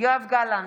יואב גלנט,